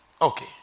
Okay